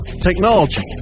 technology